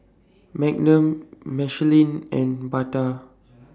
Magnum Michelin and Bata